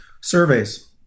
Surveys